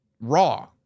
Raw